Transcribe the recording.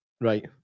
right